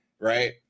right